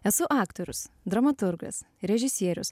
esu aktorius dramaturgas režisierius